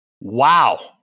Wow